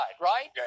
right